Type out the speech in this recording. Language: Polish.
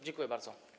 Dziękuję bardzo.